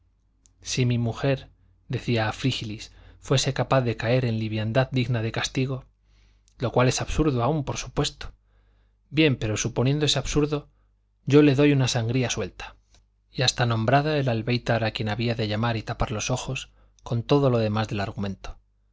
si mi mujer decía a frígilis fuese capaz de caer en liviandad digna de castigo lo cual es absurdo aun supuesto bien pero suponiendo ese absurdo yo le doy una sangría suelta y hasta nombraba el albéitar a quien había de llamar y tapar los ojos con todo lo demás del argumento